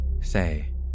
Say